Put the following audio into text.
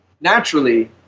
naturally